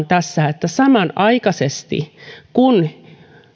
tässä että samanaikaisesti kun